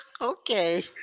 Okay